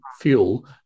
fuel